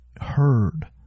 heard